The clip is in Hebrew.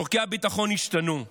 צורכי הביטחון השתנו,